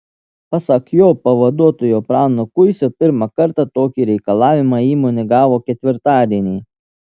pasak jo pavaduotojo prano kuisio pirmą kartą tokį reikalavimą įmonė gavo ketvirtadienį